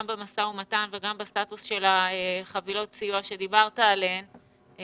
במשא ומתן וגם בסטטוס של חבילות הסיוע עליהן דיברת תוך